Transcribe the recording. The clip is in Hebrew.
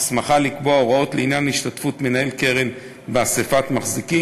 הסמכה לקבוע הוראות לעניין השתתפות מנהל קרן באספת מחזיקים,